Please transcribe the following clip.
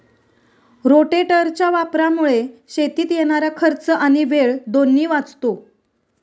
रोटेटरच्या वापरामुळे शेतीत येणारा खर्च आणि वेळ दोन्ही वाचतो